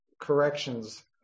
corrections